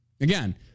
Again